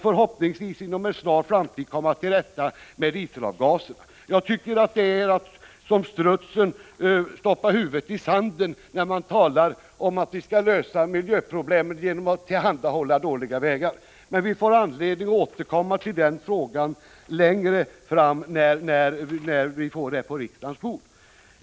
Förhoppningsvis kommer vi inom en snar framtid till rätta med diselavgaserna. Jag tycker att det är att göra som strutsen, stoppa huvudet i sanden, när man talar om att lösa miljöproblemen genom att tillhandahålla dåliga vägar. Men vi får anledning att återkomma till den frågan längre fram, när den läggs på riksdagens bord.